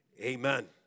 Amen